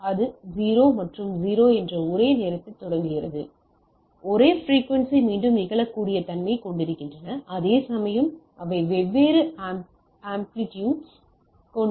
இது 0 மற்றும் 0 என்ற ஒரே நேரத்தில் தொடங்குகிறது இது ஒரே பிரிக்குவென்சி மீண்டும் நிகழக்கூடிய தன்மையைக் கொண்டிருக்கிறது அதேசமயம் அவை வெவ்வேறு ஆம்ப்ளிடியூட்ஸ் கொண்டுள்ளன